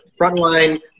frontline